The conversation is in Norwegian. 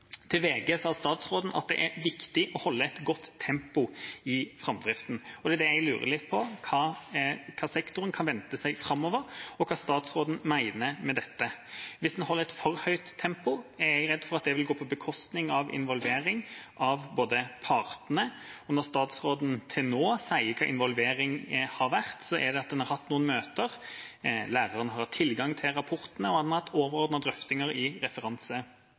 Til VG sa statsråden at det er viktig å holde et godt tempo i framdriften. Og det jeg lurer litt på, er hva sektoren kan vente seg framover og hva statsråden mener med dette. Hvis man har et for høyt tempo, er jeg redd for at det vil gå på bekostning av involvering av partene. Statsråden sier hva involvering til nå har vært. Det er at man har hatt noen møter, læreren har hatt tilgang til rapportene, og man har hatt overordnede drøftinger i